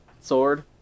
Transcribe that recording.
sword